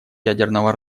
ядерного